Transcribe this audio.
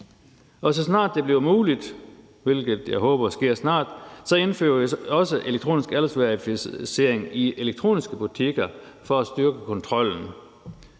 håber sker snart, indfører vi også elektronisk aldersverificering i elektroniske butikker for at styrke kontrollen,